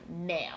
now